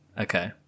Okay